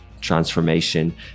transformation